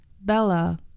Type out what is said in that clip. Bella